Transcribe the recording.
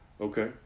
Okay